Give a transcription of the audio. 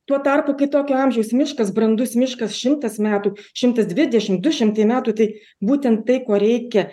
tuo tarpu kai tokio amžiaus miškas brandus miškas šimtas metų šimtas dvidešimt du šimtai metų tai būtent tai ko reikia